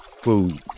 food